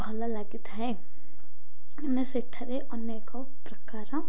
ଭଲ ଲାଗିଥାଏ ମାନେ ସେଠାରେ ଅନେକ ପ୍ରକାର